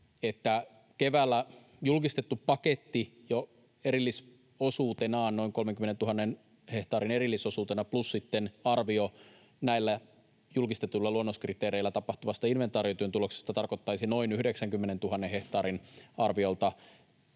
keväällä julkistettu paketti jo erillisosuutenaan, noin 30 000 hehtaarin erillisosuutena, plus sitten arvio näillä julkistetuilla luonnoskriteereillä tapahtuvasta inventaariotyön tuloksista tarkoittaisi arviolta noin 90 000 hehtaarin tiukkaa